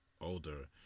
older